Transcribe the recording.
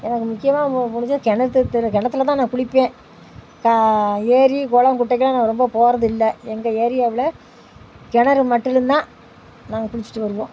எனக்கு முக்கியமாக மு முடிஞ்சால் கிணத்துத்து கெகிணத்துல தான் நான் குளிப்பேன் கா ஏரி குளம் குட்டைக்கெல்லாம் நான் ரொம்ப போகிறது இல்லை எங்கள் ஏரியாவில் கிணரு மட்டிலும் தான் நாங்கள் குளிச்சுட்டு வருவோம்